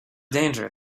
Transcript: danger